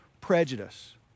prejudice